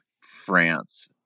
France